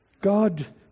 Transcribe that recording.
God